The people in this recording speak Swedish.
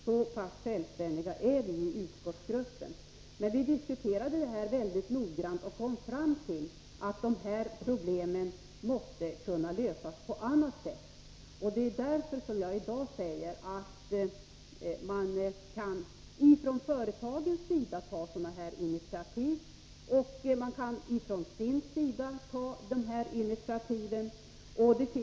Så pass självständiga är vi i utskottsgruppen. Vi diskuterade utkastet väldigt noggrant och kom fram till att problemen måste kunna lösas på annat sätt. Således anser jag i dag att företagen har möjlighet att ta initiativ.